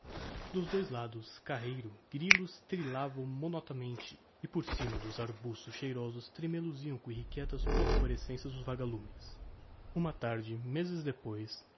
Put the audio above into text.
dos dois lados do carreiro grillos trillavam monotonamente e por cima dos arbustos cheirosos tremeluziam com irrequietas phosphorescencias os vagalumes uma tarde mezes depois